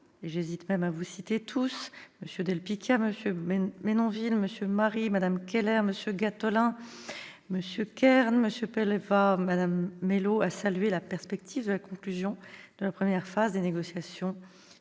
j'hésite même à vous citer tous- M. del Picchia, M. Menonville, M. Marie, Mme Keller, M. Gattolin, M. Kern, M. Pellevat, Mme Mélot -, à saluer la perspective de la conclusion de la première phase des négociations